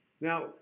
Now